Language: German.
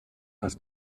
dass